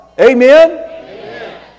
Amen